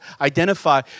identify